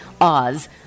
Oz